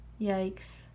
Yikes